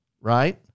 right